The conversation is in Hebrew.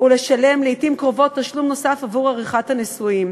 ולשלם לעתים קרובות תשלום נוסף עבור עריכת הנישואים.